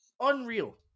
Unreal